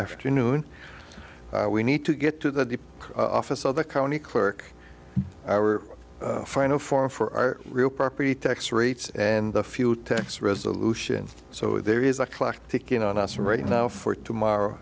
afternoon we need to get to the office of the county clerk our final form for our real property tax rates and a few tax resolution so there is a clock ticking on us right now for tomorrow